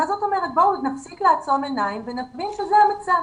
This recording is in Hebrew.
בואו נפסיק לעצום עיניים ונסביר שזה המצב.